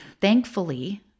Thankfully